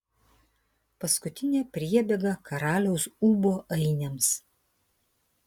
paskutinė priebėga karaliaus ūbo ainiams